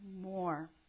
more